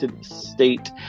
State